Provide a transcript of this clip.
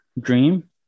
dream